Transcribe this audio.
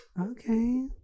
okay